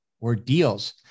ordeals